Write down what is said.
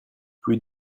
plus